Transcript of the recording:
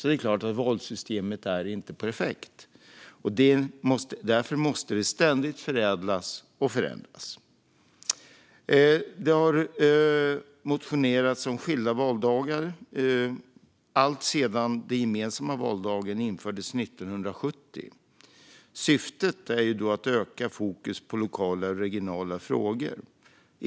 Det är klart att valsystemet inte är perfekt, och därför måste det ständigt förädlas och förändras. Det har motionerats om skilda valdagar alltsedan den gemensamma valdagen infördes 1970. Syftet är då att öka fokus på lokala och regionala frågor.